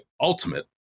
ultimate